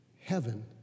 Heaven